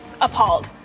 appalled